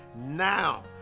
now